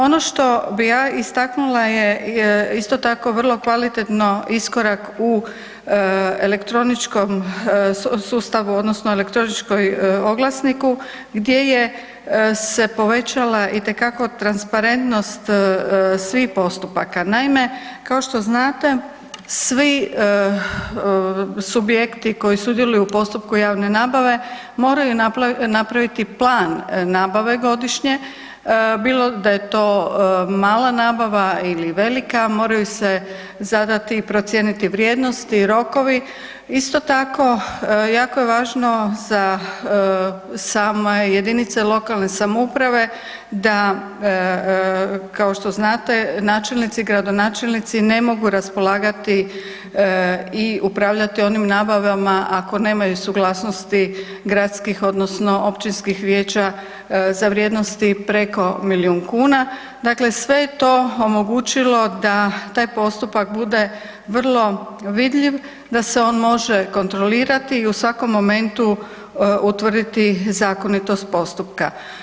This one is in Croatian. Ono što bi ja istaknula je isto tako vrlo kvalitetno iskorak u elektroničkom sustavu, odnosno elektroničkom oglasniku gdje je se povećava itekako transparentnost svih postupaka Naime, kao što znate svi subjekti koji sudjeluju u postupku javne nabave, moraju napraviti plan nabave godišnje, bilo da je to mala nabava ili velika, moraju se zadati i procijeniti vrijednosti i rokovi, isto tako jako je važno za same jedinice lokalne samouprave da kao što znate, načelnici i gradonačelnici ne mogu raspolagati i upravljati onim nabavama ako nemaju suglasnosti gradskih odnosno općinskih vijeća za vrijednosti preko milijun kuna, dakle sve to omogućilo da taj postupak bude vrlo vidljiv, da se on može kontrolirati i u svako momentu utvrditi zakonitost postupka.